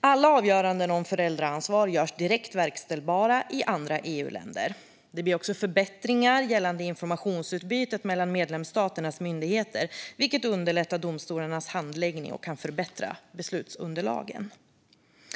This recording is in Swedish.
Alla avgöranden om föräldraansvar görs direkt verkställbara i andra EU-länder. Det blir förbättringar gällande informationsutbytet mellan medlemsstaternas myndigheter, vilket underlättar domstolarnas handläggning och kan förbättra beslutsunderlagen.